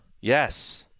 Yes